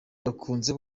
gakunze